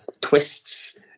twists